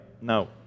No